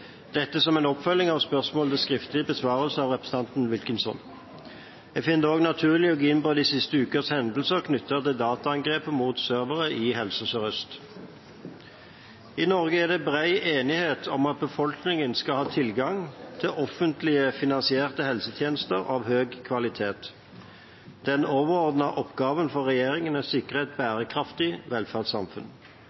dette som en oppfølging av spørsmål til skriftlig besvarelse fra representanten Wilkinson. Jeg finner det også naturlig å gå inn på de siste ukers hendelser knyttet til dataangrepet mot servere i Helse Sør-Øst. I Norge er det bred enighet om at befolkningen skal ha tilgang til offentlig finansierte helsetjenester med høy kvalitet. Den overordnede oppgaven for regjeringen er å sikre et